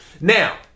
Now